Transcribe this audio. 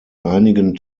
einigen